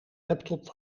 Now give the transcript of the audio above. laptop